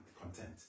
content